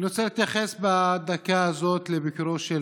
אני רוצה להתייחס בדקה הזאת לביקורו של